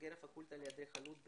בוגר הפקולטה לאדריכלות בטכניון,